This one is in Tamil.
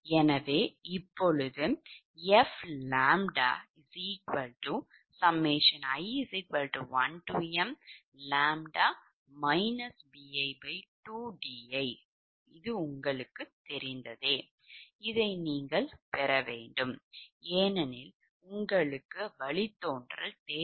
எனவே இப்போது fʎi1mʎ bi2di உங்களுக்குத் தெரியும் இதை நீங்கள் பெற வேண்டும் ஏனெனில் உங்களுக்கு வழித்தோன்றல் தேவை